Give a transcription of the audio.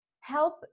help